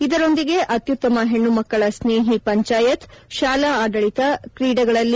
ಇದರೊಂದಿಗೆ ಅತ್ಯುತ್ತಮ ಹೆಣ್ಣುಮಕ್ಕಳ ಸ್ನೇಹಿ ಪಂಚಾಯತ್ ಶಾಲಾ ಆದಳಿತ ಕ್ರೀಡೆಯಲ್ಲಿ